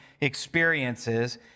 experiences